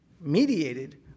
mediated